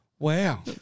Wow